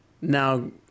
now